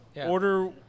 Order